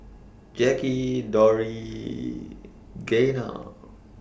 Jacky Dori Gaynell